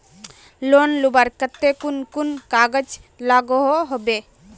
Loan लुबार केते कुन कुन कागज लागोहो होबे?